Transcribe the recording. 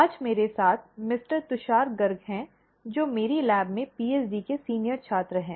आज मेरे साथ मिस्टर तुषार गर्ग हैं जो मेरी लैब में पीएचडी के वरिष्ठ छात्र हैं